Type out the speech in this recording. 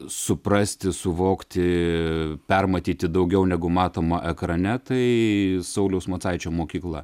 suprasti suvokti permatyti daugiau negu matoma ekrane tai sauliaus macaičio mokykla